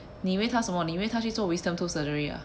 你以为他什么你以为他去做 wisdom tooth surgery ah